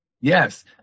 yes